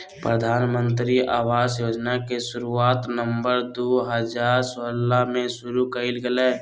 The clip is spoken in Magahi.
प्रधानमंत्री आवास योजना के शुरुआत नवम्बर दू हजार सोलह में शुरु कइल गेलय